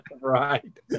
Right